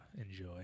enjoy